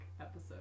episode